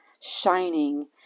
shining